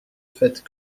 faites